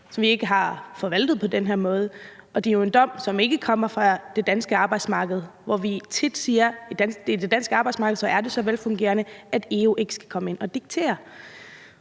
som vi ikke har forvaltet på den her måde, og det er jo en dom, som ikke kommer fra det danske arbejdsmarked, hvor vi tit siger, at det på det danske arbejdsmarked er så velfungerende, at EU ikke skal komme ind og diktere.